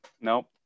Nope